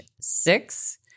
six